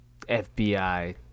FBI